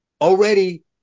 already